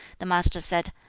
the master said,